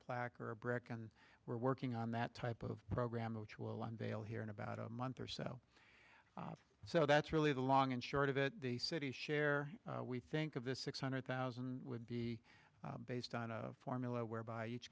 plaque or breck and we're working on that type of program which will unveil here in about a month or so so that's really the long and short of it the city share we think of this six hundred thousand would be based on a formula whereby each